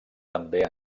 també